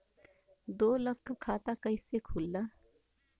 दो लोगक खाता कइसे खुल्ला?